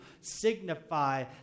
signify